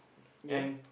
ya